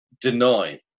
deny